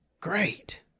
Great